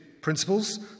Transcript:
principles